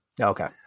Okay